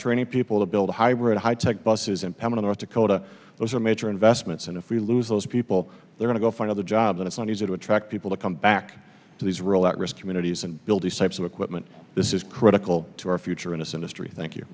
training people to build hybrid high tech buses in pema north dakota those are major investments and if we lose those people they're gonna go find other jobs and it's not easy to attract people to come back to these real at risk communities and build these types of equipment this is critical to our future innocent astri thank you